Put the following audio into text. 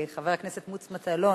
חבר הכנסת מוץ מטלון,